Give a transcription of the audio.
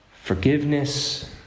forgiveness